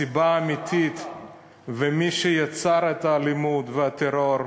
הסיבה האמיתית ומי שיצר את האלימות והטרור,